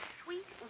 sweet